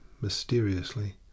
mysteriously